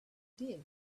did